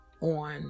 on